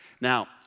Now